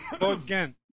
again